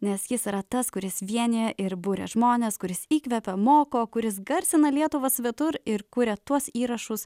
nes jis yra tas kuris vienija ir buria žmones kuris įkvepia moko kuris garsina lietuvą svetur ir kuria tuos įrašus